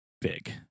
big